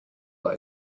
look